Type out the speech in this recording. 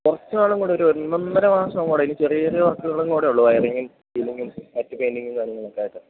കുറച്ച് നാളുംകൂടെ ഒരു ഒന്നൊന്നര മാസം കൂടെ ഇനി ചെറിയ ചെറിയ വർക്കുകളും കൂടെയുള്ളൂ വയറിങ്ങും സീലിങ്ങും മറ്റ് പെയ്ൻ്റിങ്ങും കാര്യങ്ങളൊക്കെയായിട്ട്